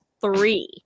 three